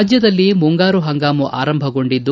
ರಾಜ್ಯದಲ್ಲಿ ಮುಂಗಾರು ಪಂಗಾಮು ಆರಂಭಗೊಂಡಿದೆ